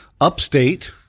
upstate